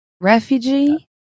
Refugee